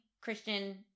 Christian